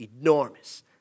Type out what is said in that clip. enormous